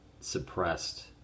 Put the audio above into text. suppressed